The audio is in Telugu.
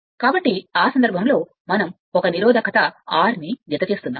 కాబట్టి ఆ సందర్భంలో మనం 1 నిరోధకత R ని జతచేస్తున్నాము